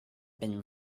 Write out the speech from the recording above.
been